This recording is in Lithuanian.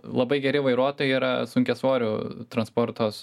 labai geri vairuotojai yra sunkiasvorių transporto